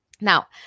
Now